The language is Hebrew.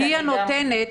היא הנותנת.